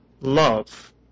love